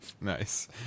Nice